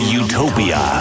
utopia